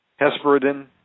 hesperidin